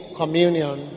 communion